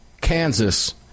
Kansas